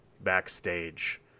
backstage